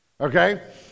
Okay